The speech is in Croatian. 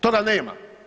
Toga nema.